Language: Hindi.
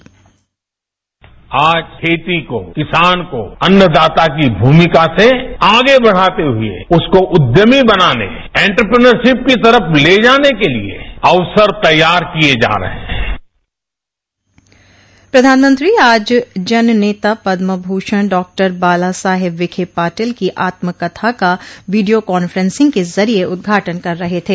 बाइट आज खेती को किसान को अन्नदाता की भूमिका से आगे बढ़ाते हुए उसको उद्यमी बनाने एंतरप्रन्योरशिप की तरफ ले जाने के लिए अवसर तैयार किए जा रहे हैं प्रधानमंत्री आज जन नेता पदमभूषण डॉक्टर बालासाहेब विखे पाटिल की आत्मकथा का वीडियो कान्फ्रेंसिंग के जरिये उदघाटन कर रहे थे